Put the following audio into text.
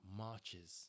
marches